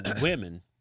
women